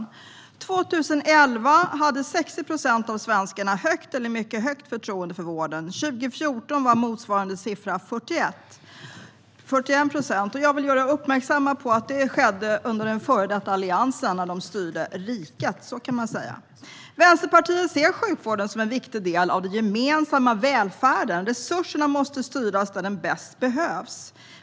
År 2011 hade 60 procent av svenskarna högt eller mycket högt förtroende för vården. År 2014 var motsvarande siffra 41 procent. Jag vill göra er uppmärksamma på att detta skedde under den tid då den före detta Alliansen styrde riket. Vänsterpartiet ser sjukvården som en viktig del av den gemensamma välfärden. Resurserna måste styras dit där de bäst behövs.